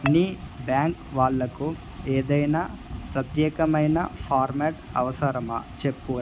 నీ బ్యాంక్ వాళ్ళకు ఏదైనా ప్రత్యేకమైన ఫార్మాట్ అవసరమా చెప్పురా